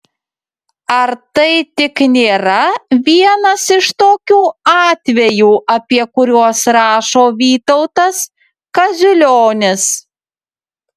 ar tai tik nėra vienas iš tokių atvejų apie kuriuos rašo vytautas kaziulionis